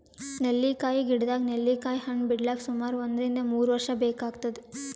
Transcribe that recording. ನೆಲ್ಲಿಕಾಯಿ ಗಿಡದಾಗ್ ನೆಲ್ಲಿಕಾಯಿ ಹಣ್ಣ್ ಬಿಡ್ಲಕ್ ಸುಮಾರ್ ಒಂದ್ರಿನ್ದ ಮೂರ್ ವರ್ಷ್ ಬೇಕಾತದ್